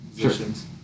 positions